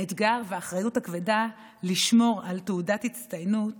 האתגר והאחריות הכבדה לשמור על תעודת ההצטיינות